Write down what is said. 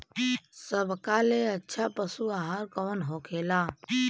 सबका ले अच्छा पशु आहार कवन होखेला?